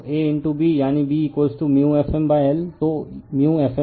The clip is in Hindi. तो A B यानी B Fm l तो Fml